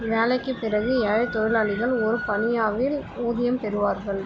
வேலைக்குப் பிறகு ஏழை தொழிலாளிகள் ஒரு பனியாவில் ஊதியம் பெறுவார்கள்